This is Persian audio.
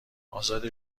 ازاده